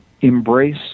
embrace